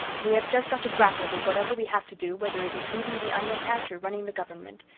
we have just got to grapple with whatever we have to do whether it is weeding the onion patch, or running the government.